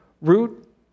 root